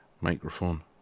microphone